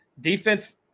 Defense